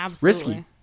risky